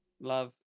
Love